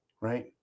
right